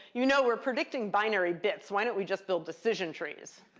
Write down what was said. you know we're predicting binary bits. why don't we just build decision trees?